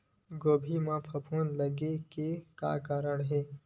गोभी म फफूंद लगे के का कारण हे?